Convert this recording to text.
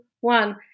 one